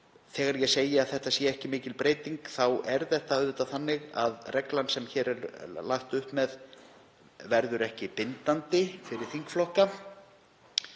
þegar ég segi að þetta sé ekki mikil breyting þá er það auðvitað þannig að reglan sem hér er lagt upp með verður ekki bindandi fyrir þingflokka